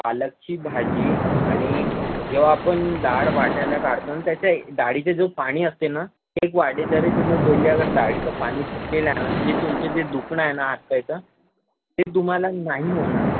पालकची भाजी आणि जेव्हा आपण डाळ वाटायला काढतो ना त्याचे डाळीचे जो पाणी असते ना ते एक वाटी जरी तुम्ही पिले डाळीचं पाणी पिल्या ना जे तुमचं जे दुखणं आहे ना हातपायचं ते तुम्हाला नाही होणार